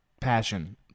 passion